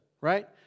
right